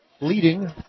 leading